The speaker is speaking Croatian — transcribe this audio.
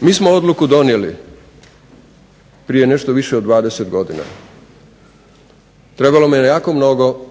Mi smo odluku donijeli prije nešto više od 20 godina. Trebalo mi je jako mnogo